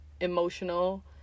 emotional